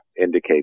indicate